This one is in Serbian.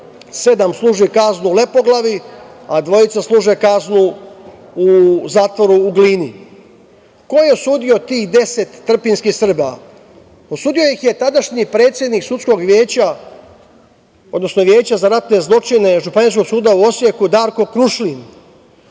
sedam služi kaznu u Lepoglavi, a dvojica služe kaznu u zatvoru u Glini. Ko je osudio tih 10 trpinjskih Srba? Osudio ih je tadašnji predsednik Veća za ratne zločine Županijskog suda u Osijeku Darko Krušlin